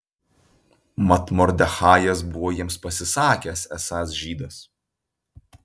mat mordechajas buvo jiems pasisakęs esąs žydas